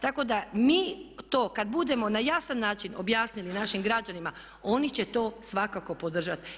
Tako da mi to kad budemo na jasan način objasnili našim građanima oni će to svakako podržati.